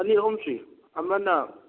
ꯑꯅꯤ ꯑꯍꯨꯝ ꯁꯨꯏ ꯑꯃꯅ